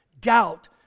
Doubt